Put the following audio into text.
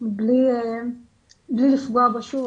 בלי לפגוע במשהו,